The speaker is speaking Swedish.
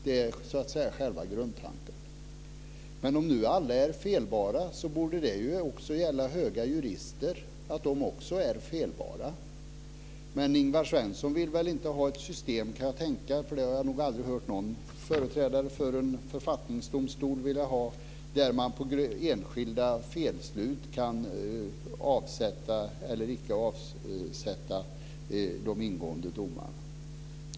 Det är själva grundtanken. Om nu alla är felbara borde det ju också gälla höga jurister. De borde också vara felbara. Men jag kan inte tänka mig att Ingvar Svensson vill ha ett system där man på grund av enskilda felbeslut kan avsätta eller icke avsätta de ingående domarna. Det har jag nog aldrig hört att en företrädare för en författningsdomstol skulle vilja ha.